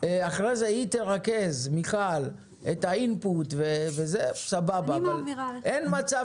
אחרי זה מיכל תרכז את האינפוט סבבה אבל אין מצב